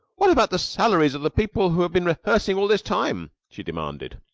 what about the salaries of the people who have been rehearsing all this time? she demanded.